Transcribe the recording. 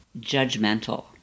judgmental